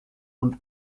und